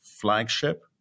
flagship